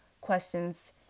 questions